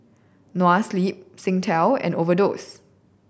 Noa Sleep Singtel and Overdose